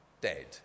dead